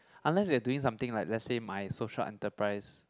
unless they are doing something like let's say my social enterprise